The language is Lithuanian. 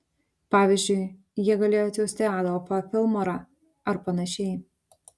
pavyzdžiui jie galėjo atsiųsti adolfą filmorą ar panašiai